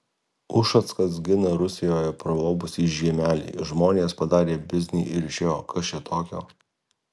ušackas gina rusijoje pralobusį žiemelį žmonės padarė biznį ir išėjo kas čia tokio